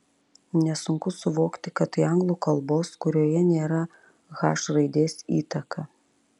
nesunku suvokti kad tai anglų kalbos kurioje nėra ch raidės įtaka